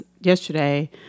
yesterday